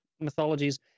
mythologies